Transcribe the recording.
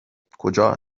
کجا